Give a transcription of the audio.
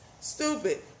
stupid